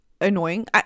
annoying